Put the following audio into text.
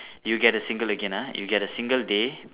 you get a single again ah you get a single day